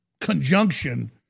conjunction